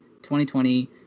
2020